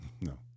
No